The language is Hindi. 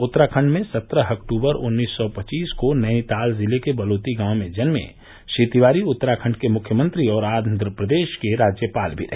उत्तराखण्ड में सत्रह अक्टूबर उन्नीस सौ पच्चीस को नैनीताल ज़िले के बलोती गांव में जन्मे श्री तिवारी उत्तराखंड के मुख्यमंत्री और आंध्र प्रदेश के राज्यपाल भी रहे